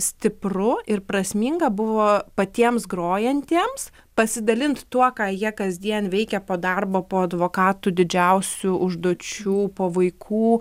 stipru ir prasminga buvo patiems grojantiems pasidalint tuo ką jie kasdien veikia po darbo po advokatų didžiausių užduočių po vaikų